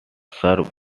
served